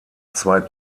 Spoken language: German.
zwei